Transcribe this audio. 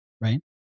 right